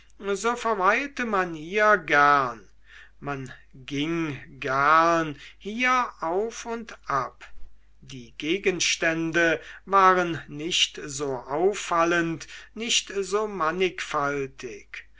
so verweilte man hier gern man ging gern hier auf und ab die gegenstände waren nicht so auffallend nicht so mannigfaltig